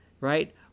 right